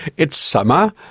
it's summer,